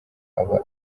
aba